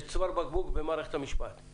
יש צוואר בקבוק במערכת המשפט,